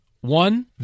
One